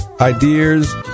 ideas